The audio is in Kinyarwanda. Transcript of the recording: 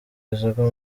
isoko